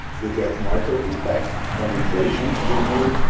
you get more tokens back from inflation generally.